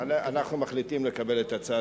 אנחנו מחליטים לקבל את הצעת הממשלה.